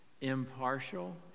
Impartial